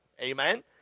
amen